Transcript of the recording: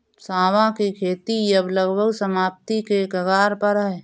सांवा की खेती अब लगभग समाप्ति के कगार पर है